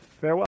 Farewell